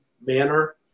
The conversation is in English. manner